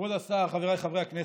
כבוד השר, חבריי חברי הכנסת,